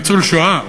"ניצוּל שואה",